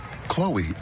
chloe